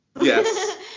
Yes